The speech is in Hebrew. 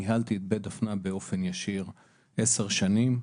ניהלתי את בית דפנה באופן ישיר 10 שנים.